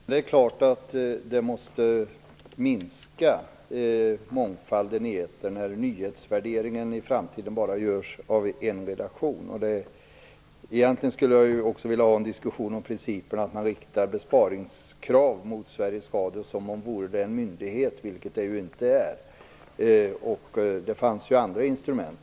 Fru talman! Det är klart att det måste minska mångfalden i etern när nyhetsvärderingen i framtiden bara görs av en redaktion. Egentligen skulle jag också vilja ha en diskussion om principerna att rikta besparingskrav mot Sveriges Radio som om det vore en myndighet, vilket det inte är. Det fanns ju andra instrument.